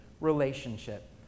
relationship